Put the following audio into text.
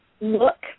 look